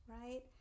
right